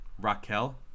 Raquel